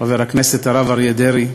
חבר הכנסת הרב אריה דרעי,